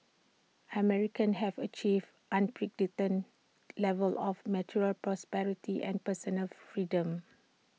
Americans have achieved unprecedented levels of material prosperity and personal freedom